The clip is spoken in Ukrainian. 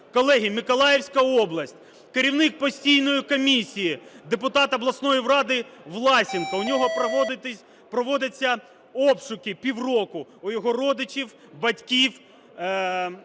Колеги, Миколаївська область: керівник постійної комісії, депутат обласної ради Власенко, в нього проводяться обшуки півроку, у його родичів, батьків,